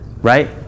Right